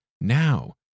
now